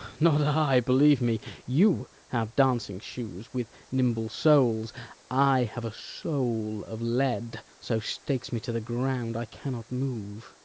not i, believe me you have dancing shoes, with nimble soles i have a soul of lead so stakes me to the ground i cannot move.